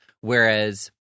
Whereas